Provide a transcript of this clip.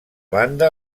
banda